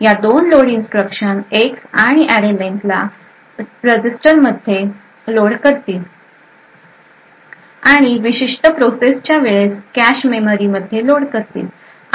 या दोन load instruction X आणि array len ला मध्ये रजिस्टरमध्ये लोड करतील आणि विशिष्ट प्रोसेसच्या वेळेस कॅशे मेमरी मध्ये लोड करतील